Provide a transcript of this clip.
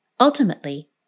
Ultimately